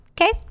okay